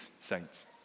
saints